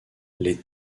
les